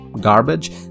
garbage